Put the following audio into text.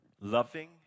Loving